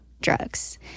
drugs